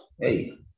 Hey